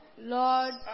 Lord